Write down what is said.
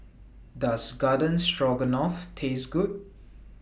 Does Garden Stroganoff Taste Good